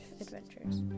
adventures